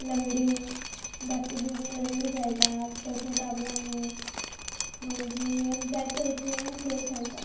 लंगडी धाकटी भुरगीं लंगडी खेळटात तशेंत ताबलांनी मागीर जायते तरेचें खेळ खेळटात